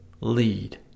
lead